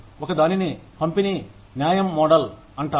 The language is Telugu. ఒక దానిని పంపిణీ న్యాయం మోడల్ అంటారు